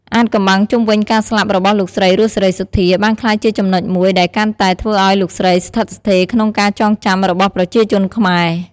អាថ៌កំបាំងជុំវិញការស្លាប់របស់លោកស្រី រស់ សេរីសុទ្ធា បានក្លាយជាចំណុចមួយដែលកាន់តែធ្វើឲ្យលោកស្រីស្ថិតស្ថេរក្នុងការចងចាំរបស់ប្រជាជនខ្មែរ។